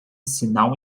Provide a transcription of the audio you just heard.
sinal